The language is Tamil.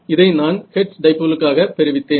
இதை நான் ஹெர்ட்ஸ் டைபோலுக்காக பெறுவித்தேன்